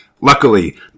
Luckily